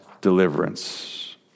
deliverance